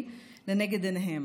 שלא זכה לראות אותי ברגע הזה.